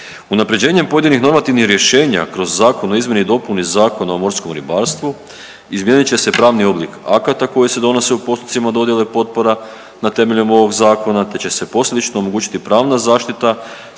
Unaprjeđenjem pojedinih normativnih rješenja kroz Zakon o izmjeni i dopuni Zakona o morskom ribarstvu izmijenit će se pravni oblik akata koji se donose u postupcima dodjele potpora na temelju ovog zakona te će se posljedično omogućiti pravna zaštita stranaka